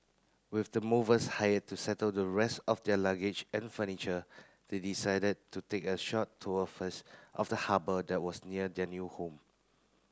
with the movers hired to settle the rest of their luggage and furniture they decided to take a short tour first of the harbour that was near their new home